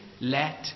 Let